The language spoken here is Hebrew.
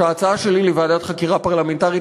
שההצעה שלי לוועדת חקירה פרלמנטרית,